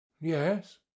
Yes